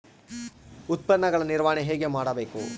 ಉತ್ಪನ್ನಗಳ ನಿರ್ವಹಣೆ ಹೇಗೆ ಮಾಡಬೇಕು?